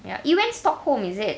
ya you went stockholm is it